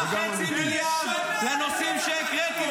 --- 3.5 מיליארד לנושאים שהקראתי,